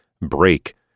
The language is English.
break